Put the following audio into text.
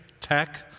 tech